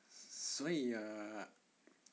所以 err